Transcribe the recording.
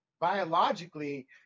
biologically